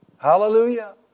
hallelujah